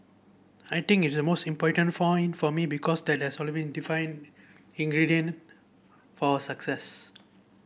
I think is the most important point for me because that has been defining ingredient for our success